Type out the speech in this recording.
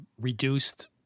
reduced